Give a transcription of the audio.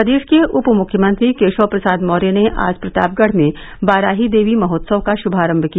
प्रदेश के उपमुख्यमंत्री केशव प्रसाद मौर्य ने आज प्रतापगढ़ में बाराही देवी महोत्सव का शुभारंभ किया